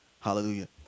Hallelujah